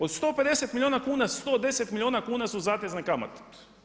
Od 150 milijuna kuna 110 milijuna kuna su zatezne kamate.